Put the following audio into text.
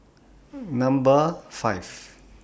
Number five